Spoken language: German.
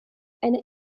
eine